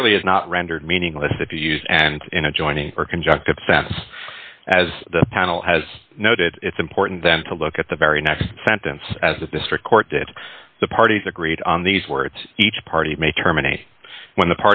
clearly is not rendered meaningless if you use and in a joining or conjunctive sense as the panel has noted it's important then to look at the very next sentence as a district court that the parties agreed on these words each party may terminate when the